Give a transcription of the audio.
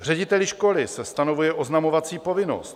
Řediteli školy se stanovuje oznamovací povinnost.